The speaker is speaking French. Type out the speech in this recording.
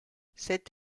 cette